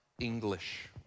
English